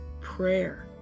prayer